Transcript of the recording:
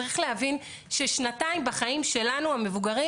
צריך להבין ששנתיים בחיים שלנו המבוגרים